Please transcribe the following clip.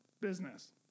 business